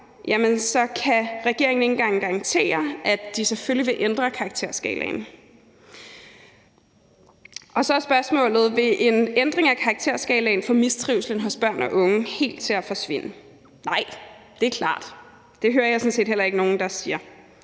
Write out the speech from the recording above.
at regeringen ikke engang kan garantere, at de selvfølgelig vil ændre karakterskalaen. Så er spørgsmålet: Vil en ændring af karakterskalaen få mistrivslen hos børn og unge til helt at forsvinde? Nej, det er klart; det hører jeg sådan set heller ikke nogen der siger.